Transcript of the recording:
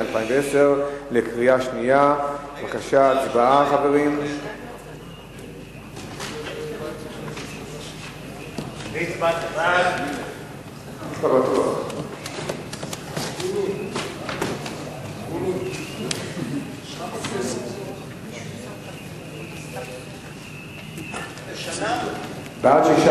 התש"ע 2010. חברים,